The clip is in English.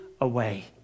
away